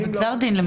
למעשה בגזר דין.